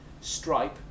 Stripe